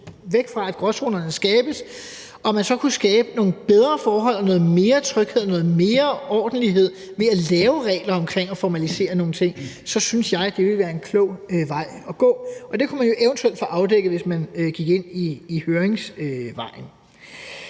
væk fra, at der skabes gråzoner, så kunne man skabe nogle bedre forhold og noget mere tryghed og noget mere ordentlighed ved at lave regler og formalisere nogle ting, så synes jeg at det ville være en klog vej at gå. Og det kunne man jo eventuelt få afdækket, hvis man gik høringsvejen.